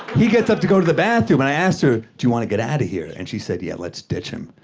he gets up to go to the bathroom, and i asked her, do you want to get out of here? and she said, yeah, let's ditch him.